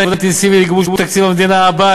אינטנסיבית לגיבוש תקציב המדינה הבא,